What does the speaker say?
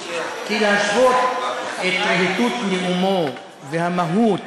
כי להשוות את רהיטות נאומו והמהות